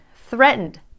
threatened